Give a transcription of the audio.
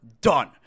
done